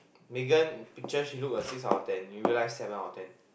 Megan picture she look a six out of ten in real life seven out of ten